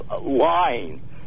lying